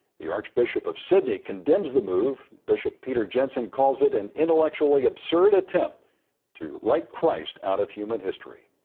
the archbishop of sydney condemns the move. bishop peter jensen calls it an intellectually absurd attempt to write christ out of human history.